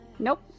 Nope